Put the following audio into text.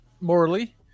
morally